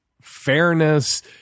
fairness